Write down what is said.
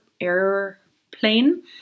airplane